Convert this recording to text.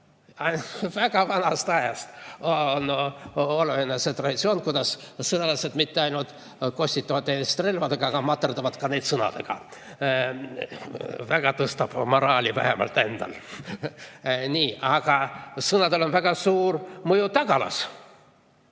väga vanast ajast on oluline see traditsioon, kuidas sõdalased mitte ainult ei kostita teineteist relvadega, vaid ka materdavad neid sõnadega. Väga tõstab moraali, vähemalt endal. Aga sõnadel on väga suur mõju tagalas.